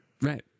right